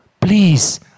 Please